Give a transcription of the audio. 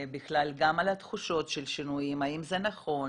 גם התחושות של השינויים, האם זה נכון,